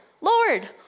Lord